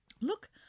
Look